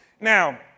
Now